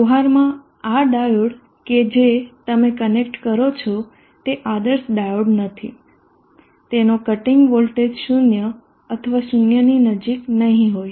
વ્યવહારમાં આ ડાયોડ કે જે તમે કનેક્ટ કરો છો એ આદર્શ ડાયોડ નથી તેનો કટીંગ વોલ્ટેજ 0 અથવા 0 ની નજીક નહીં હોય